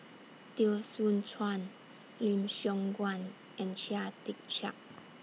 Teo Soon Chuan Lim Siong Guan and Chia Tee Chiak